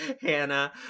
Hannah